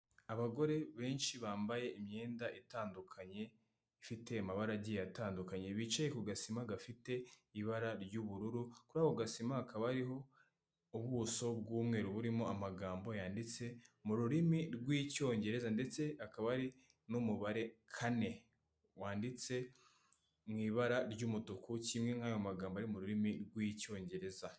Abagore benshi bambaye imyenda itandukanye ifite amabara agiye atandukanye, bicaye ku gasima gafite ibara ry'ubururu. Kuri ako gasima hakaba hariho ubuso bw'umweru burimo amagambo yanditse mu rurimi rw'icyongereza ndetse akaba ari n'umubare kane wanditse mu ibara ry'umutuku, kimwe nk'ayo magambo ari mu rurimi rw'icyongereza.